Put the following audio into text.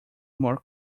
more